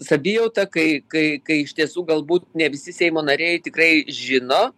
savijauta kai kai kai iš tiesų galbūt ne visi seimo nariai tikrai žino